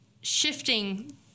shifting